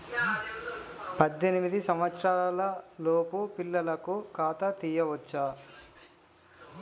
పద్దెనిమిది సంవత్సరాలలోపు పిల్లలకు ఖాతా తీయచ్చా?